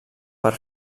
per